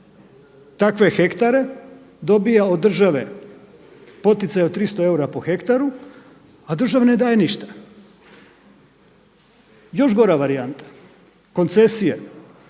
takve hektare dobiva od države poticaj od 300 eura po hektaru a državi ne daje ništa. Još gora varijanta koncesije